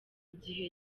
gihe